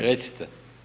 Recite.